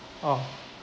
oh